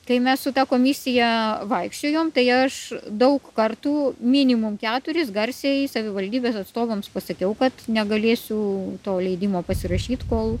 tai mes su ta komisija vaikščiojom tai aš daug kartų minimum keturis garsiai savivaldybės atstovams pasakiau kad negalėsiu to leidimo pasirašyt kol